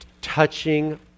touching